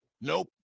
Nope